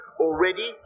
already